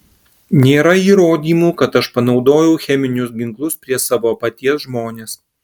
nėra įrodymų kad aš panaudojau cheminius ginklus prieš savo paties žmones